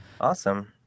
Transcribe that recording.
awesome